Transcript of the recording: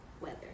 Weather